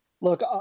Look